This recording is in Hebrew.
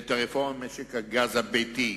את הרפורמה במשק הגז הביתי,